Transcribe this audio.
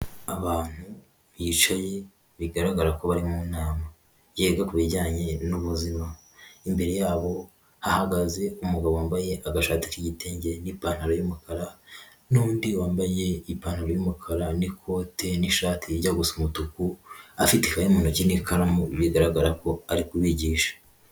Abantu bicaye bigaragara ko bari mu nama, yiga ku bijyanye n'ubuzima, imbere yabo hahagaze umugabo wambaye agashati k'igitenge n'ipantaro y'umukara n'undi wambaye ipantaro y'umukara n'ikote n'ishati ijya gusa umutuku, afite ikayi mu ntoki n'ikaramu bigaragara ko ari kubigisha.